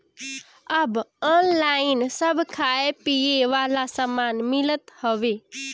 अब ऑनलाइन सब खाए पिए वाला सामान मिलत हवे